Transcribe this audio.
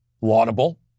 Laudable